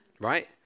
right